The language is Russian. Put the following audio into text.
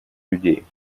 людей